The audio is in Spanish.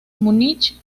múnich